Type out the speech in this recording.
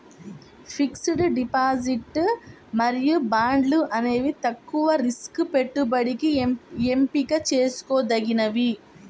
fixed deposit మరియు బాండ్లు అనేవి తక్కువ రిస్క్ పెట్టుబడికి ఎంపిక చేసుకోదగినవి